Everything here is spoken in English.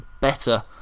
better